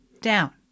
down